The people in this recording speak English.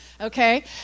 Okay